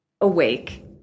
awake